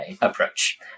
approach